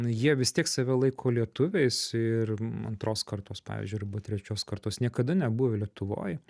nu jie vis tiek save laiko lietuviais ir antros kartos pavyzdžiui arba trečios kartos niekada nebuvę lietuvoj